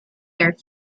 their